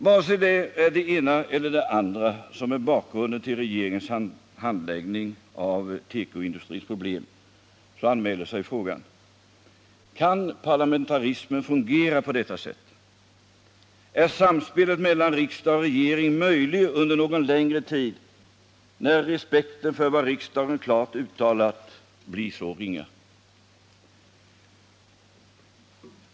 Vare sig den ena eller den andra av dessa förklaringar till regeringens handläggning av tekoindustrins problem är riktig, anmäler sig frågan: Kan parlamentarismen fungera på det sättet? Är samspel mellan riksdag och regering möjligt under någon längre tid när respekten för vad riksdagen klart uttalat blir så ringa?